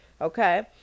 Okay